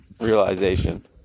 realization